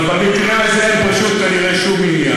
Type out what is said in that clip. אבל במקרה הזה פשוט אין כנראה שום עניין.